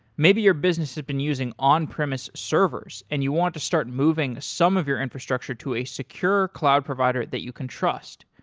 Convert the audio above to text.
maybe your business had been using on-premise servers and you want to start moving some of your infrastructure to a secure cloud provider that you can trust.